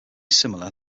similar